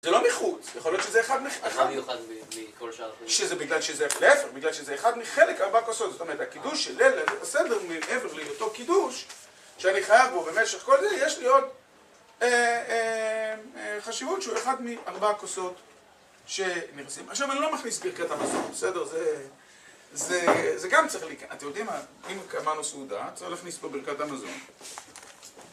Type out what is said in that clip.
זה לא מחוץ, יכול להיות שזה אחד מ... -אז מה מיוחד מכל שאר... -שזה בגלל שזה... להיפך, בגלל שזה אחד מחלק ארבע כוסות, זאת אומרת, הקידוש של אלה זה בסדר מעבר להיותו קידוש שאני חייב בו במשך כל זה. יש לי עוד חשיבות שהוא אחד מארבע כוסות שנרסים. עכשיו, אני לא מכניס ברכת המזון, בסדר? זה גם צריך להיכנס. אתם יודעים מה, אם קבענו סעודה, צריך להכניס פה ברכת המזון.